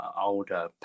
older